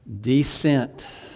descent